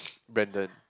Brandon